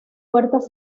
puertas